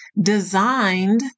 designed